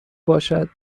باشد